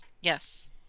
Yes